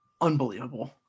unbelievable